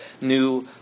new